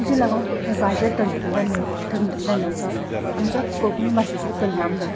ताजे लागून हें वाडल्या तंत्रज्ञान तंत्रज्ञानांचो आमच्या कोंकणी भाशेचेर परिणाम जाता